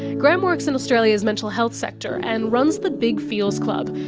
graham works in australia's mental health sector and runs the big feels club,